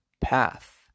path